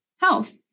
health